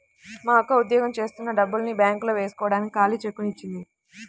మా అక్క ఉద్యోగం జేత్తన్న డబ్బుల్ని బ్యేంకులో వేస్కోడానికి ఖాళీ చెక్కుని ఇచ్చింది